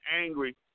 angry